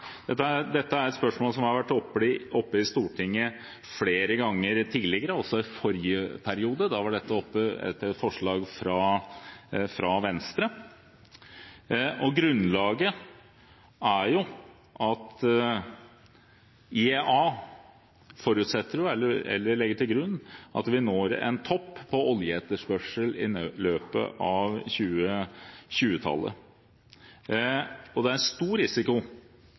Dette er et spørsmål som har vært oppe i Stortinget flere ganger tidligere – også i forrige periode. Da var dette oppe etter et forslag fra Venstre. Grunnlaget er at IEA forutsetter eller legger til grunn at vi når en topp i oljeetterspørsel i løpet av 2020-tallet. Det er en stor risiko